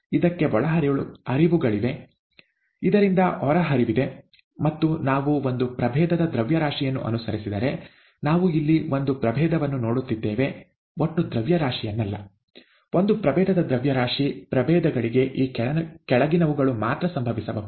ಇದಕ್ಕೆ ಒಳಹರಿವುಗಳಿವೆ ಇದರಿಂದ ಹೊರಹರಿವಿದೆ ಮತ್ತು ನಾವು ಒಂದು ಪ್ರಭೇದದ ದ್ರವ್ಯರಾಶಿಯನ್ನು ಅನುಸರಿಸಿದರೆ ನಾವು ಇಲ್ಲಿ ಒಂದು ಪ್ರಭೇದವನ್ನು ನೋಡುತ್ತಿದ್ದೇವೆ ಒಟ್ಟು ದ್ರವ್ಯರಾಶಿಯನ್ನಲ್ಲ ಒಂದು ಪ್ರಭೇದದ ದ್ರವ್ಯರಾಶಿ ಪ್ರಭೇದಗಳಿಗೆ ಈ ಕೆಳಗಿನವುಗಳು ಮಾತ್ರ ಸಂಭವಿಸಬಹುದು